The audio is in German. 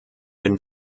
den